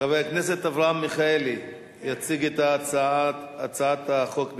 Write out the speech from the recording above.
חבר הכנסת אברהם מיכאלי יציג את הצעת החוק,